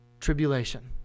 Tribulation